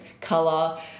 color